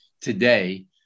today